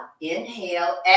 inhale